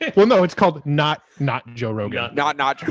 like well, no, it's called not, not joe rogan. not, not,